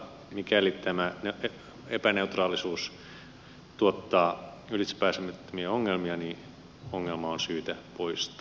mikäli tämä epäneutraalisuus tuottaa ylitsepääsemättömiä ongelmia niin ongelma on syytä poistaa